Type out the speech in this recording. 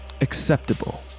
acceptable